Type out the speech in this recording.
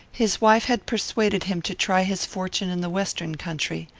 his wife had persuaded him to try his fortune in the western country.